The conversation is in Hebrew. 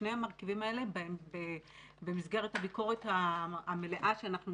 בשני המרכיבים האלה במסגרת הביקורת המלאה שאנחנו